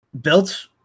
built –